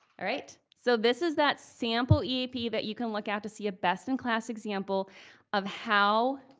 all right? so this is that sample eap that you can look at to see a best-in-class example of how